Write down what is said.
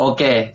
Okay